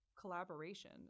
collaboration